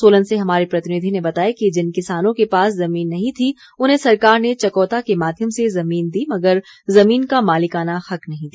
सोलन से हमारे प्रतिनिधि ने बताया है कि जिन किसानों के पास जमीन नही थी उन्हें सरकार ने चकौता के माध्यम से जमीन दी मगर जमीन का मालिकाना हक नहीं दिया